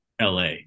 LA